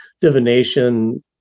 divination